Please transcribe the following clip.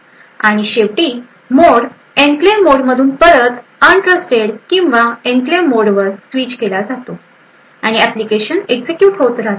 आणि शेवटी mode enclave मोडमधून परत अन्ट्रस्टेड किंवा एन्क्लेव्ह मोडवर स्विच केला जातो आणि एप्लीकेशन्स एक्झिक्युट होतं राहते